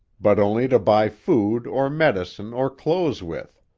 but only to buy food or medicine or clothes with.